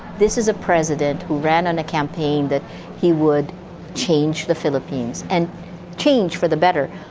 this is a president who ran on a campaign that he would change the philippines and change for the better.